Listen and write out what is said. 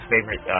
Favorite